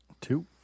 Two